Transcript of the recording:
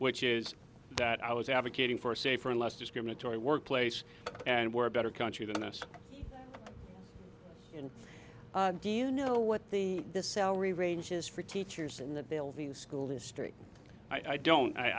which is that i was advocating for a safer less discriminatory workplace and we're a better country than this and do you know what the the celery ranges for teachers in the building the school district i don't i